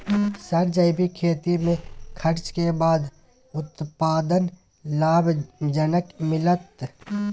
Sir जैविक खेती में खर्च के बाद उत्पादन लाभ जनक मिलत?